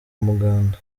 umuganda